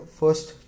first